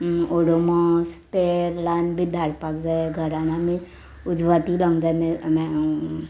ओडोमोस तेल लान बी धाडपाक जाये घरान आमी उजवाती रावंक जाय